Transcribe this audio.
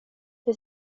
det